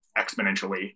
exponentially